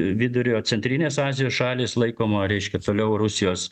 vidurio centrinės azijos šalys laikoma reiškia toliau rusijos